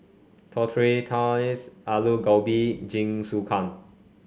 Tortillas Alu Gobi Jingisukan